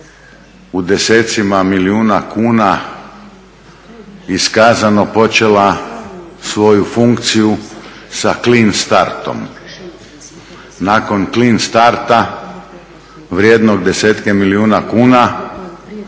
u desecima milijuna kuna iskazano počela svoju funkciju sa clean startom. Nakon clean starta vrijednog desetke milijuna kuna